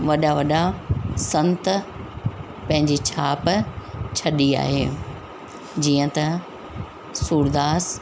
वॾा वॾा संत पंहिंजी छाप छॾी आहे जीअं त सूरदास